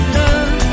love